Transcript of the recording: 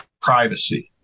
privacy